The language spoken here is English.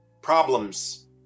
problems